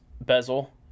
bezel